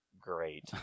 Great